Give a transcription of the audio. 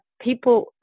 people